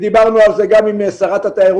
דיברנו על זה גם עם שרת התיירות,